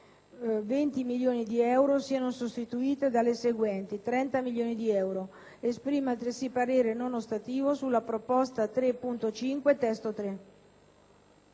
»20 milioni di euro« siano sostituite dalle seguenti: »30 milioni di euro«. Esprime altresı parere non ostativo sulla proposta 3.5 (testo 3)».